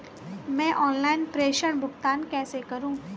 मैं ऑनलाइन प्रेषण भुगतान कैसे करूँ?